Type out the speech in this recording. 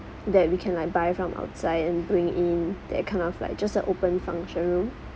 that we can like buy from outside and bring in that kind of like just a open function room